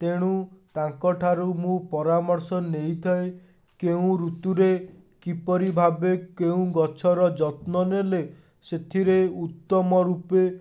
ତେଣୁ ତାଙ୍କଠାରୁ ମୁଁ ପରାମର୍ଶ ନେଇଥାଏ କେଉଁ ଋତୁରେ କିପରି ଭାବେ କେଉଁ ଗଛର ଯତ୍ନ ନେଲେ ସେଥିରେ ଉତ୍ତମ ରୂପେ